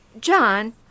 John